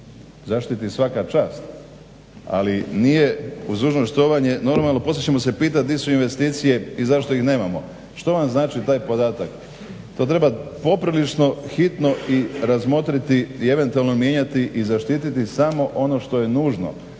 Zaštiti svaka čast ali nije uz dužno štovanje normalno poslije ćemo se pitati gdje su investicije i zašto ih nemamo. Što vam znači taj podatak? To treba poprilično hitno razmotriti i eventualno mijenjati i zaštiti samo ono što je nužno